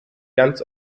ganz